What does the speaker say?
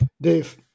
Dave